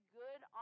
good